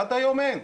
עד היום אין.